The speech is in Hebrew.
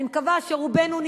אני מקווה שרובנו,